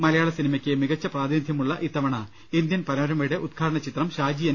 മലയാളസിനിമയ്ക്ക് മികച്ച പ്രാതി നിധ്യമുള്ള ഇത്തവണ ഇന്ത്യൻ പനോരമയുടെ ഉദ്ഘാടന ചിത്രം ഷാജി എൻ